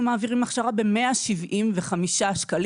אנחנו מעבירים הכשרה ב-175 שקלים.